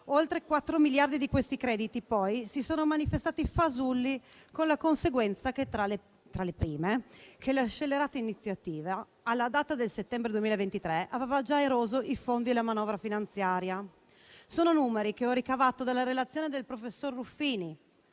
Oltre quattro miliardi di questi crediti, poi, si sono manifestati fasulli, con la conseguenza, tra le prime, che la scellerata iniziativa, alla data del settembre 2023, aveva già eroso i fondi della manovra finanziaria. Sono numeri che ho ricavato dalla relazione del professor Ruffini,